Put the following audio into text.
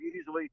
easily